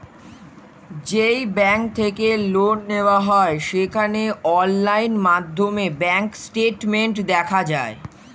যেই ব্যাঙ্ক থেকে লোন নেওয়া হয় সেখানে অনলাইন মাধ্যমে ব্যাঙ্ক স্টেটমেন্ট দেখা যায়